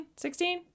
16